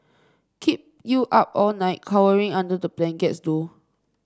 kept you up all night cowering under the blankets though